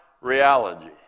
reality